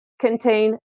contain